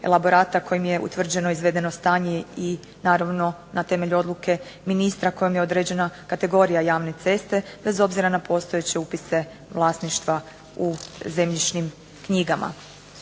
kojim je utvrđeno izvedeno stanje i naravno na temelju odluke ministra kojim je određena kategorija javne ceste bez obzira na postojeće upisa vlasništva u zemljišnim knjigama.